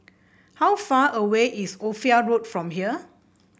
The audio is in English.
how far away is Ophir Road from here